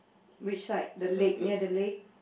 which side the leg near the leg